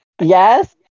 Yes